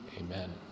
Amen